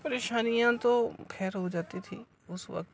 پریشانیاں تو خیر ہو جاتی تھی اس وقت